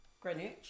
Greenwich